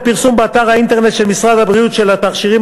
בפרסום באתר האינטרנט של משרד הבריאות את התכשירים